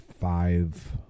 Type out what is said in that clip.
five